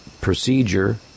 procedure